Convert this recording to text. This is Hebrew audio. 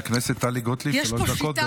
חברת הכנסת טלי גוטליב, שלוש דקות.